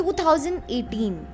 2018